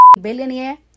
billionaire